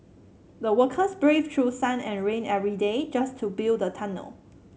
the workers braved through sun and rain every day just to build the tunnel